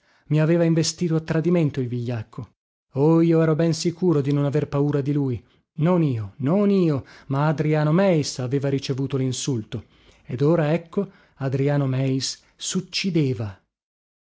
i aveva investito a tradimento il vigliacco oh io ero ben sicuro di non aver paura di lui non io non io ma adriano meis aveva ricevuto linsulto ed ora ecco adriano meis succideva